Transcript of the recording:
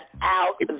out